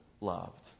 loved